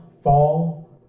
fall